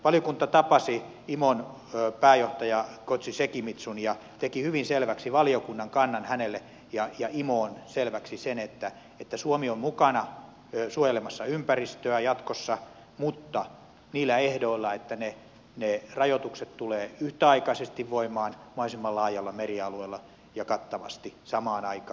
valiokunta tapasi imon pääjohtaja koji sekimizun ja teki hyvin selväksi valiokunnan kannan hänelle ja imoon selväksi sen että suomi on mukana suojelemassa ympäristöä jatkossa mutta niillä ehdoilla että ne rajoitukset tulevat yhtäaikaisesti voimaan mahdollisimman laajalla merialueella ja kattavasti samaan aikaan